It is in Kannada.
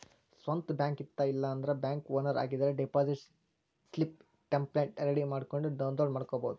ಸ್ವಂತ್ ಬ್ಯಾಂಕ್ ಇತ್ತ ಇಲ್ಲಾಂದ್ರ ಬ್ಯಾಂಕ್ ಓನರ್ ಆಗಿದ್ರ ಡೆಪಾಸಿಟ್ ಸ್ಲಿಪ್ ಟೆಂಪ್ಲೆಟ್ ರೆಡಿ ಮಾಡ್ಕೊಂಡ್ ಡೌನ್ಲೋಡ್ ಮಾಡ್ಕೊಬೋದು